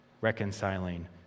reconciling